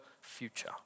future